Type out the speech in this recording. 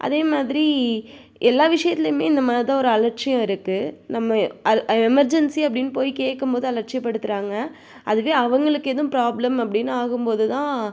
அதே மாதிரி எல்லா விஷயத்துலையுமே இந்த மாரி தான் ஒரு அலட்சியம் இருக்கு நம்ம அது எமெர்ஜன்சி அப்படின்னு போய் கேட்கும்போது அலட்சியப்படுத்துறாங்க அதுவே அவங்களுக்கு எதுவும் ப்ராப்ளம் அப்படின்னு ஆகும் போது தான்